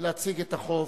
ולהציג את החוק